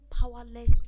powerless